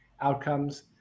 outcomes